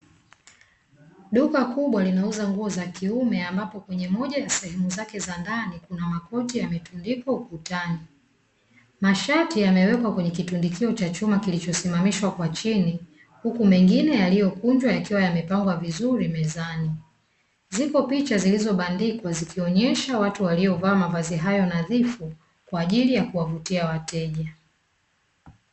Duka kubwa linauza nguo za kiume ambapo kwenye moja ya sehemu zake za ndani kuna makoti yametundikwa ukutani, mashati yamewekwa kwenye kitundikio cha chuma kilichosimamishwa kwa chini, huku mengine yaliyokunjwa yakiwa yamepangwa vizuri mezani. Zipo picha zilizobandikwa zikionesha watu waliovaa mavazi hayo nadhifu, kwa ajili ya kuwavutia wateja.